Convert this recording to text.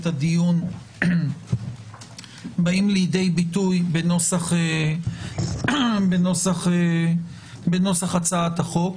הדיון באים לידי ביטוי בנוסח הצעת החוק.